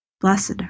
Blessed